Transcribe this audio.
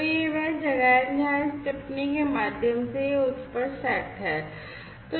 तो यह वह जगह है जहां इस टिप्पणी के माध्यम से यह उच्च पर सेट है